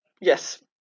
yes